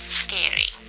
scary